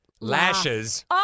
Lashes